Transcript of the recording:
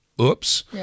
oops